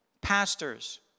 pastors